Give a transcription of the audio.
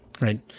right